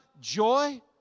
joy